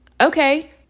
Okay